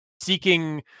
seeking